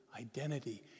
identity